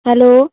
hello